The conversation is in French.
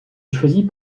choisis